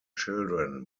children